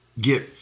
get